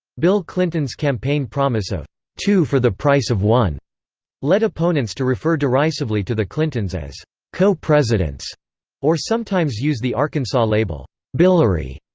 bill clinton's campaign promise of two for the price of one led opponents to refer derisively to the clintons as co-presidents or sometimes use the arkansas label billary.